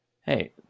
hey